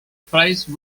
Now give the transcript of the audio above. price